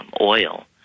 oil